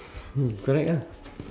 mm correct ah